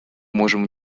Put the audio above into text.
можем